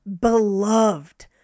beloved